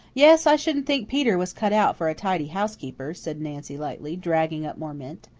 yes, i shouldn't think peter was cut out for a tidy housekeeper, said nancy lightly, dragging up more mint.